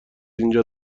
اینجا